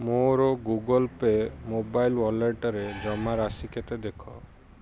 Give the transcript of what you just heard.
ମୋର Google Pay mobile ୱାଲେଟ୍ରେ ଜମା ରାଶି କେତେ ଦେଖ